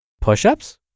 Push-ups